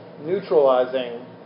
neutralizing